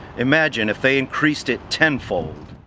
imagine if they increased it tenfold.